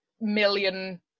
million